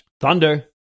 Thunder